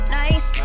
nice